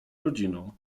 rodziną